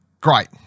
great